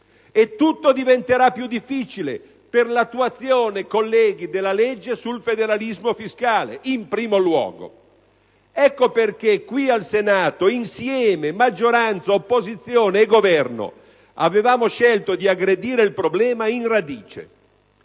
e tutto diventerà più difficile per l'attuazione della legge sul federalismo fiscale in primo luogo. Ecco perché qui al Senato, insieme - maggioranza, opposizione e Governo - avevamo scelto di aggredire il problema in radice: